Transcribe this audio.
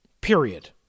period